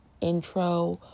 intro